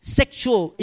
sexual